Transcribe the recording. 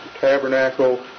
tabernacle